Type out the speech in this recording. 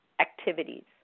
activities